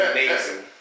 amazing